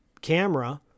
camera